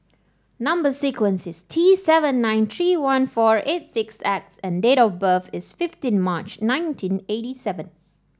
number sequence is T seven nine three one four eight six X and date of birth is fifteen March nineteen eighty seven